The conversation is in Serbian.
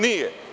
Nije.